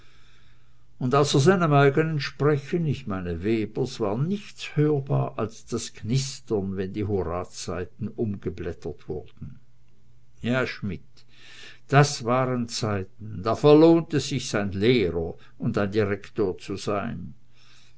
und außer seinem eigenen sprechen ich meine webers war nichts hörbar als das knistern wenn die horaz seiten umgeblättert wurden ja schmidt das waren zeiten da verlohnte sich's ein lehrer und ein direktor zu sein